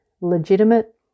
legitimate